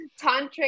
tantric